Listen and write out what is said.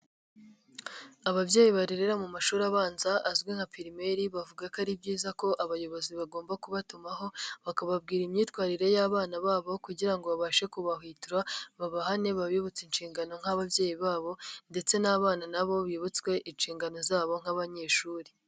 Ababyeyi barerera mu mashuri abanza azwi nka "primaire" bavuga ko ari byiza ko abayobozi bagomba kubatumaho bakababwira imyitwarire y'abana babo kugira ngo babashe kubahwitura babahane babibutsa inshingano nk'ababyeyi babo ndetse n'abana nabo bibutswe inshingano zabo nk'abanyeshuri.